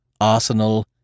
Arsenal